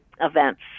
events